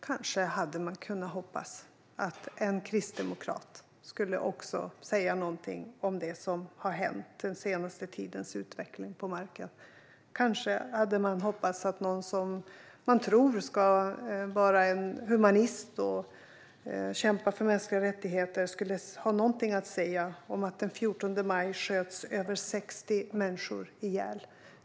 Kanske hade man kunnat hoppas att en kristdemokrat också skulle säga någonting om det som har hänt och den senaste tidens utveckling på marken. Kanske hade man hoppats att någon som man tror ska vara en humanist och kämpa för mänskliga rättigheter skulle ha någonting att säga om att över 60 människor sköts ihjäl den 14 maj.